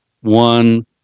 one